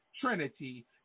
trinity